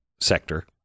sector